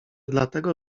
dlatego